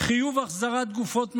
חיוב החזרת גופות מחבלים,